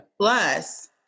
Plus